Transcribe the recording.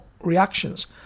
reactions